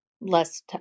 less